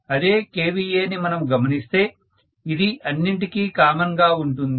అదే kVA ని మనము గమనిస్తే ఇది అన్నింటికీ కామన్ గా ఉంటుంది